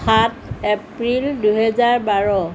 সাত এপ্ৰিল দুহেজাৰ বাৰ